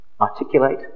articulate